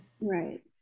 Right